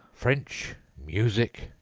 french, music,